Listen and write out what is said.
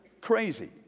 crazy